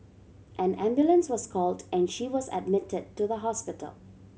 an ambulance was called and she was admitted to the hospital